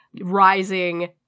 rising